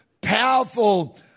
powerful